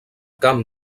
camp